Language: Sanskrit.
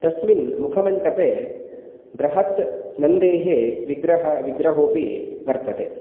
तस्मिन् मुखमण्टपे बृहत् नन्देः विग्रह विग्रहोऽपि वर्तते